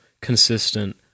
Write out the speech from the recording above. consistent